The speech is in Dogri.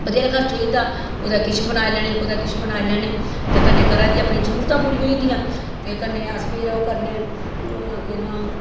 बत्थैरा खर्च होई जंदा कुतै किश बनाई लैन्ने कुतै किश बनाई लैन्ने ते कन्नै घरे दी अपनी जरूरतां पूरी होई जंदियां ते कन्ने अस फिर ओह् करने केह् नां